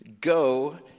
Go